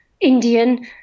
Indian